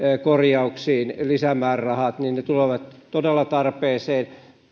korjauksiin tulevat todella tarpeeseen